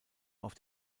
auf